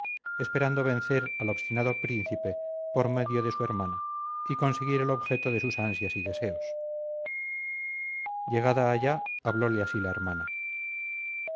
esperando vencer al obstinado príncipe por medio de su hermana y conseguir el objeto de sus ansias y deseos llegada allá hablóle así la hermana